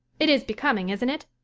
it is becoming, isn't it?